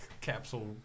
capsule